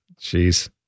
Jeez